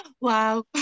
wow